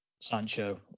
Sancho